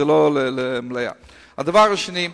דבר שני,